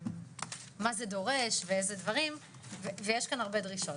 מה זה דורש ואיזה דברים ויש כאן הרבה דרישות,